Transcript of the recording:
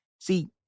See